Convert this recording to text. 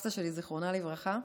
סבתא שלי, זיכרונה לברכה,